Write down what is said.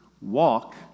Walk